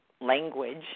language